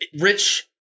rich